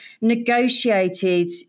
negotiated